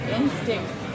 instinct